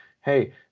hey